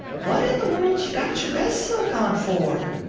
what in the world you got your best silk on for?